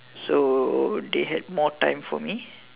so they had more time for me